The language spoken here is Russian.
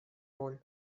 роль